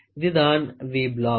இதுதான் V black